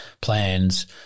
plans